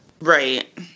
right